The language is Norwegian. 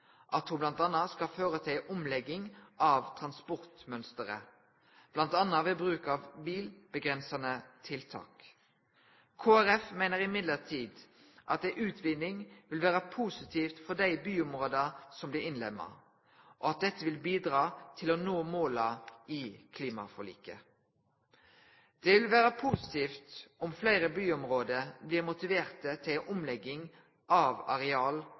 at ho bl.a. skal føre til ei omlegging av transportmønsteret, bl.a. ved bruk av bilavgrensande tiltak. Kristeleg Folkeparti meiner likevel at ei utviding vil vere positivt for dei byområda som blir innlemma, og at dette vil bidra til å nå måla i klimaforliket. Det vil vere positivt om fleire byområde blir motiverte til ei omlegging av areal-